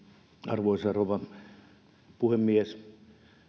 arvoisa rouva puhemies